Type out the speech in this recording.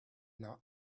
not